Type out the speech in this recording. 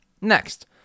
Next